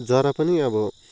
जरा पनि अब